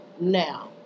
now